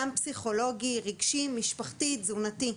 גם פסיכולוגי, רגשי, משפחתי ותזונתי.